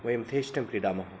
वयं यथेष्टं क्रीडामः